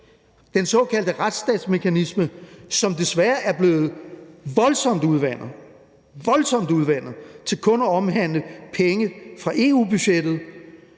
den såkaldte retsstatsmekanisme er desværre blevet voldsomt udvandet – voldsomt udvandet – til kun at omhandle penge fra EU-budgettet.